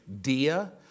Dia